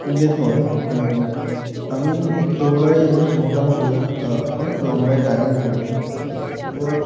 দেখুন আমি দৌড়াই মোটামুটি অনেক লম্বাই রানিং করি ওর